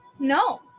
no